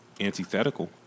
antithetical